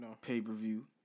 pay-per-view